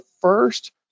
first